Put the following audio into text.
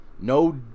no